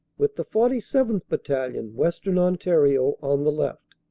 with the forty seventh. battalion, western ontario, on the left.